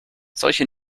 solche